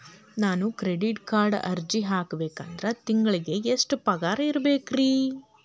ನಾನು ಕ್ರೆಡಿಟ್ ಕಾರ್ಡ್ಗೆ ಅರ್ಜಿ ಹಾಕ್ಬೇಕಂದ್ರ ತಿಂಗಳಿಗೆ ಎಷ್ಟ ಪಗಾರ್ ಇರ್ಬೆಕ್ರಿ?